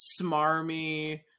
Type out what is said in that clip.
smarmy